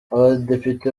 abadepite